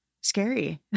scary